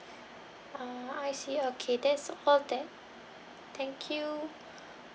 uh I see okay that's all that thank you